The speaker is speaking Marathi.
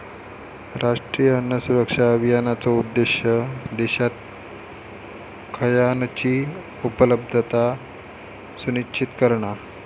राष्ट्रीय अन्न सुरक्षा अभियानाचो उद्देश्य देशात खयानची उपलब्धता सुनिश्चित करणा